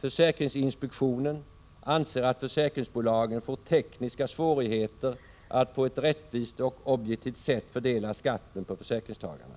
Försäkringsinspektionen anser att försäkringsbolagen får tekniska svårigheter att på ett rättvist och objektivt sätt fördela skatten på försäkringstagarna.